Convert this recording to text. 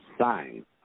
sign